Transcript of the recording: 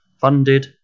funded